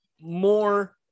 more